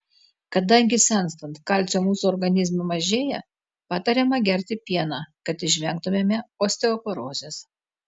kadangi senstant kalcio mūsų organizme mažėja patariama gerti pieną kad išvengtumėme osteoporozės